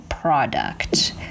Product